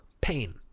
pain